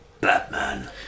Batman